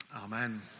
amen